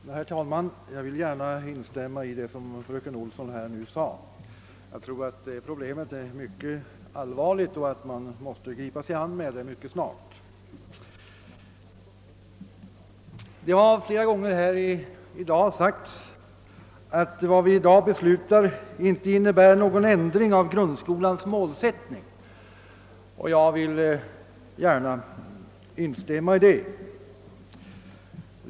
Herr talman! Jag vill gärna instämma i det som fröken Olsson nu anförde. Jag tror att detta problem är mycket stort och att man måste gripa sig an med det mycket snart. Det har flera gånger sagts, att vad vi i dag beslutar icke innebär någon ändring av grundskolans målsättning. Jag vill gärna understryka detta.